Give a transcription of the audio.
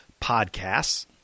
podcasts